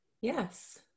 Yes